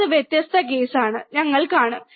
അത് വ്യത്യസ്ത കേസാണ് ഞങ്ങൾ കാണും